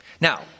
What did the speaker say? Now